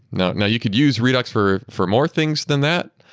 now now you could use redux for for more things than that.